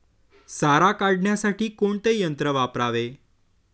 सारा काढण्यासाठी कोणते यंत्र वापरावे?